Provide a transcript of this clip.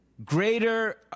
Greater